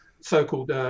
so-called